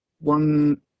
one